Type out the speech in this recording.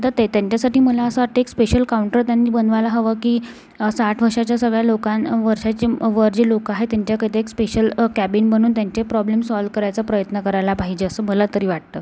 तर ते त्यांच्यासाठी मला असं वाटते एक स्पेशल काऊंटर त्यांनी बनवायला हवं की साठ वर्षाच्या सगळ्या लोकां वर्षाचे वर जे लोक आहे त्यांच्याकडे एक स्पेशल कॅबिन बनवून त्यांचे प्रॉब्लेम सॉल करायचा प्रयत्न करायला पाहिजे असं मला तरी वाटतं